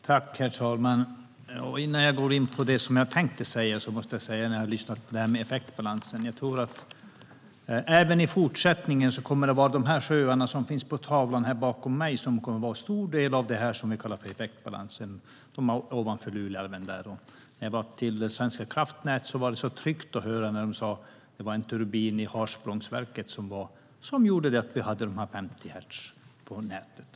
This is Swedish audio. Herr talman! Innan jag går in på det som jag tänkte prata om måste jag säga något när det gäller effektbalansen. Jag tror att även i fortsättningen kommer de sjöar som finns på tavlan bakom mig att vara en stor del av det som vi kallar för effektbalansen. När jag var hos Svenska kraftnät var det tryggt att höra dem säga att det var en turbin i Harsprångsverket som gjorde att vi hade 50 hertz på nätet.